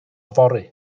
fory